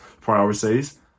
priorities